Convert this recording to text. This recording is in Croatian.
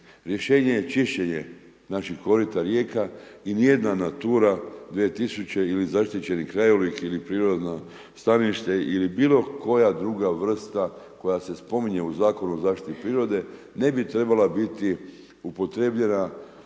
Rješenje je čišćenje naših korita rijeka i ni jedna Natura 2000. ili zaštićeni krajolik ili prirodno stanište ili bilo koja druga vrsta koja se spominje u Zakonu o zaštiti prirode ne bi trebala biti upotrebljena